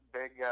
big